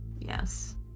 yes